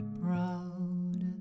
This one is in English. proud